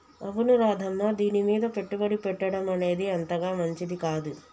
అవును రాధమ్మ దీనిమీద పెట్టుబడి పెట్టడం అనేది అంతగా మంచిది కాదు